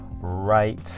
right